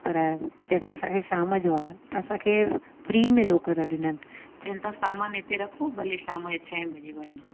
पर चयोसीं असांखे शाम जो आहे त असांखे फ्री में लॉकर ॾिननि चवनि था सामान हिते रखो भले शाम यो छह बजे वञिजो